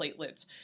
platelets